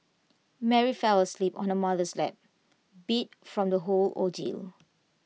Mary fell asleep on her mother's lap beat from the whole ordeal